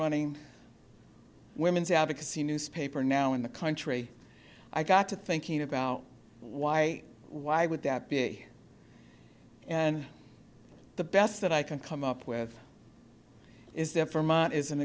running women's advocacy newspaper now in the country i got to thinking about why why would that be and the best that i can come up with is that for my it is an